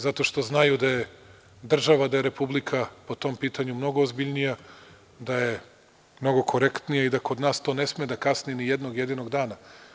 Zato što znaju da je država, da je Republika po tom pitanju mnogo ozbiljnija, da je mnogo korektnija i da kod nas to ne sme da kasni ni jednog jedinog dana.